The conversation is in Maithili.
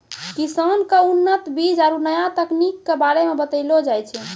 किसान क उन्नत बीज आरु नया तकनीक कॅ बारे मे बतैलो जाय छै